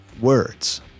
words